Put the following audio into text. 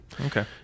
Okay